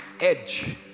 edge